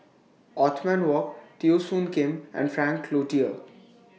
Othman Wok Teo Soon Kim and Frank Cloutier